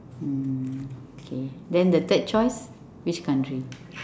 mm okay then the third choice which country